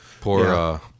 Poor